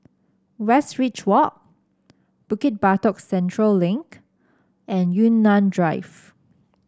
Westridge Walk Bukit Batok Central Link and Yunnan Drive